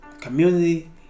community